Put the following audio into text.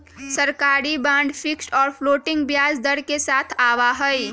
सरकारी bond fixed और floating ब्याज दर के साथ आवा हई